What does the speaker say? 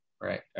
right